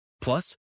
Plus